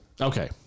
Okay